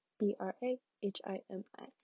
B-R-A-H-I-M-I